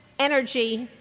energy,